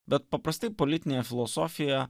bet paprastai politinė filosofija